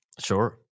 Sure